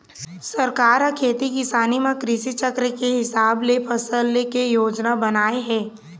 सरकार ह खेती किसानी म कृषि चक्र के हिसाब ले फसल ले के योजना बनाए हे